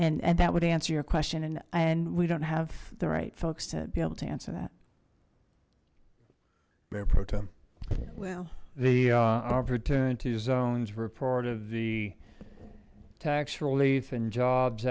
and and that would answer your question and and we don't have the right folks to be able to answer that very pro time well the opportunity zones report of the tax relief and jobs